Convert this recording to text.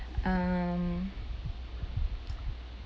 um